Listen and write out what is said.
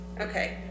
okay